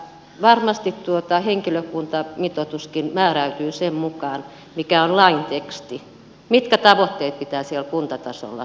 varmasti henkilökuntamitoituskin määräytyy sen mukaan mikä on lain teksti mitkä tavoitteet pitää siellä kuntatasolla saavuttaa